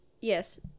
Yes